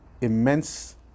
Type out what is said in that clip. immense